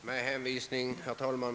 Herr talman!